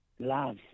Love